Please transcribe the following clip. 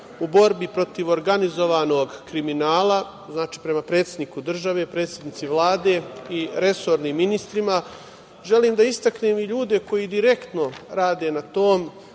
u borbi protiv organizovanog kriminala, znači prema predsedniku države, predsednici Vlade i resornim ministrima. Želim da istaknem i ljude koji direktno rade na tome,